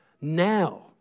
Now